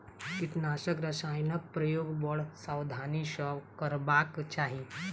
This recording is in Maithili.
कीटनाशक रसायनक प्रयोग बड़ सावधानी सॅ करबाक चाही